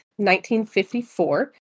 1954